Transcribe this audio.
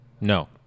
No